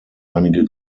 einige